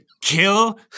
kill